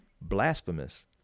blasphemous